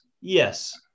Yes